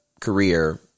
career